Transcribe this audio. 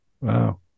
wow